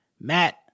Matt